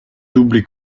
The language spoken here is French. doublé